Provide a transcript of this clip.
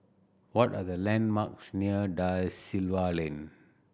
what are the landmarks near Da Silva Lane